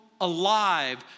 alive